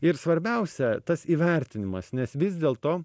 ir svarbiausia tas įvertinimas nes vis dėlto